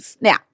Now